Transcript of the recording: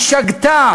היא שגתה